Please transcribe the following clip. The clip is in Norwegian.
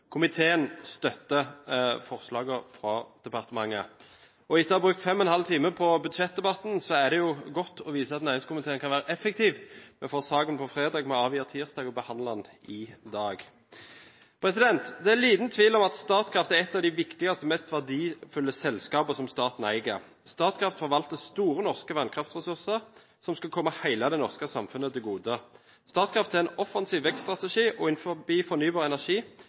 Komiteen støtter forslaget fra departementet. Etter å ha brukt fem og en halv time på budsjettdebatten er det godt å vise at næringskomiteen kan være effektiv. Vi fikk saken fredag, avgjorde tirsdag og behandler den i dag. Det er liten tvil om at Statkraft er et av de viktigste og mest verdifulle selskapene staten eier. Statkraft forvalter store norske vannkraftressurser, som skal komme hele det norske samfunnet til gode. Statkraft har en offensiv vekststrategi, og innenfor fornybar energi har selskapet vokst seg sterkt også utenfor Norges grenser. Vekstpotensialet for selskapet innenfor fornybar energi